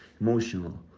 emotional